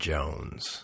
Jones